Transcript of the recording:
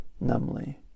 numbly